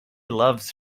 loves